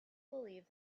believed